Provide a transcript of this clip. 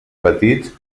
petits